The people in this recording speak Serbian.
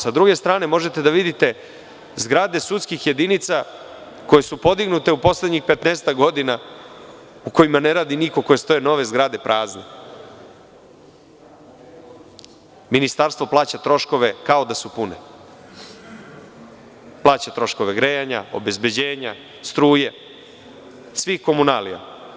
S druge strane, možete da vidite zgrade sudskih jedinica koje su podignute u poslednjih petnaestak godina u kojima ne radi niko, koje stoje nove zgrade prazne, ministarstvo plaća troškove kao da su pune, plaća troškove grejanja, obezbeđenja, struje, svih komunalija.